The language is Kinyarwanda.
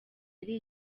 ari